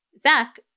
zach